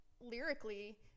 lyrically